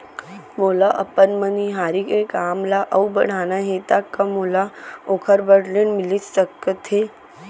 मोला अपन मनिहारी के काम ला अऊ बढ़ाना हे त का मोला ओखर बर ऋण मिलिस सकत हे?